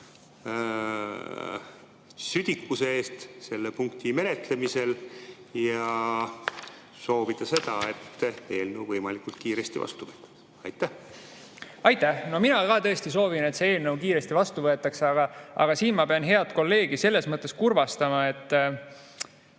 südikuse eest selle punkti menetlemisel ja soovida seda, et eelnõu võimalikult kiiresti vastu võetakse. Aitäh! No mina ka tõesti soovin, et see eelnõu kiiresti vastu võetakse. Samas ma pean head kolleegi selles mõttes kurvastama, et